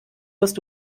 wirst